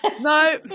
No